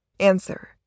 Answer